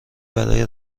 برای